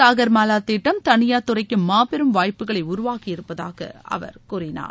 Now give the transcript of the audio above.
சாகர் மாலா திட்டம் தனியார் துறைக்கு மாபெரும் வாய்ப்புகளை உருவாக்கி இருப்பதாக அவர் கூறினார்